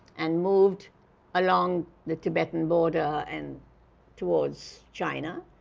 and moved along the tibetan border and towards china,